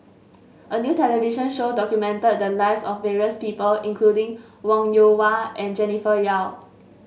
a new television show documented the lives of various people including Wong Yoon Wah and Jennifer Yeo